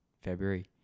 February